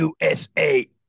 USA